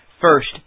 First